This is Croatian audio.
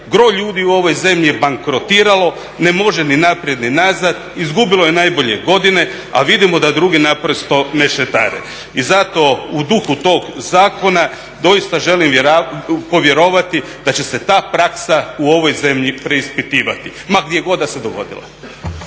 Gro ljudi u ovoj zemlji je bankrotiralo, ne može ni naprijed, ni nazad, izgubilo je najbolje godine, a vidimo da drugi naprosto mešetare. I zato u duhu tog zakona doista želim povjerovati da će se ta praksa u ovoj zemlji preispitivati ma gdje god da se dogodila.